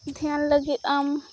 ᱫᱷᱮᱭᱟᱱ ᱞᱟᱹᱜᱤᱫ ᱟᱢ